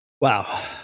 Wow